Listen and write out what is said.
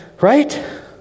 right